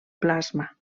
plasma